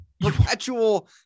perpetual